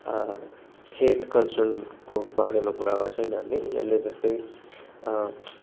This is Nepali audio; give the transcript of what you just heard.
हेल्थ कन्सर्नको बारेमा कुरा गर्छ यिनीहरूले यिनीहरूले जस्तै